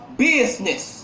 business